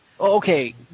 Okay